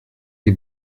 die